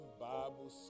Bible